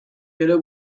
gero